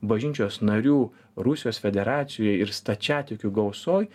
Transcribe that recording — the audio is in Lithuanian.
bažnyčios narių rusijos federacijoj ir stačiatikių gausoj